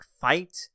Fight